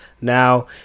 now